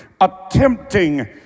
attempting